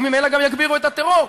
וממילא גם יגבירו את הטרור.